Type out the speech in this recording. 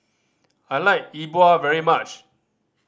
I like Yi Bua very much